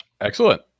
Excellent